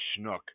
schnook